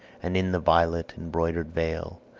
and in the violet-embroidered vale,